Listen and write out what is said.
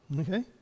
Okay